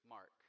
Mark